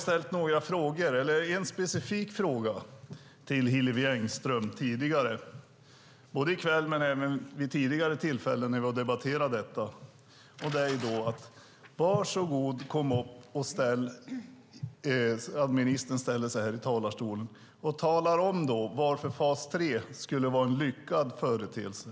Jag har både i kväll och vid tidigare tillfällen när vi debatterat detta ställt en specifik fråga till Hillevi Engström. Jag vill att hon ställer sig i talarstolen och talar om varför fas 3 skulle vara en lyckad företeelse.